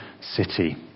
city